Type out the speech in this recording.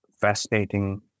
fascinating